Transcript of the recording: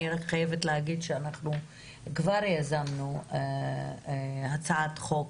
אני רק חייבת להגיד שאנחנו כבר יזמנו הצעת חוק